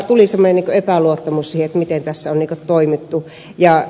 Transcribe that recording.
tuli semmoinen epäluottamus siihen miten tässä on toimittu